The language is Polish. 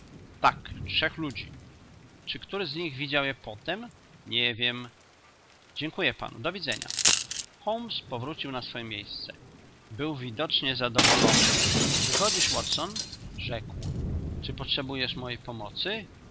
łące tak trzech ludzi czy który z nich widział je potem nie wiem dziękuję panu dowidzenia holmes powrócił na swoje miejsce był widocznie zadowolony wychodzisz watson rzekł czy potrzebujesz mojej pomocy